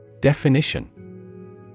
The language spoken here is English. Definition